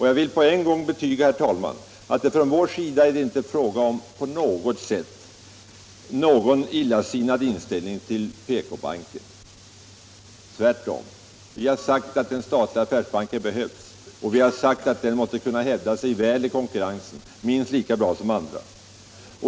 Jag vill på en gång betyga, herr talman, att från vår sida är det inte på något sätt fråga om en illasinnad inställning till PK-banken. Tvärtom — vi har sagt att den statliga affärsbanken behövs, och vi har sagt att den måste kunna hävda sig väl i konkurrensen — minst lika bra som andra.